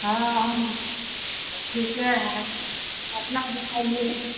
हाँ हम ठीक हैं अपना बताइए